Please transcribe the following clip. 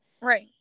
Right